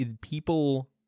people